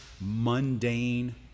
mundane